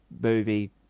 movie